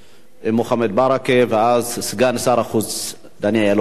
מוחמד ברכה, ואז סגן שר החוץ דני אילון ישיב.